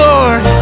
Lord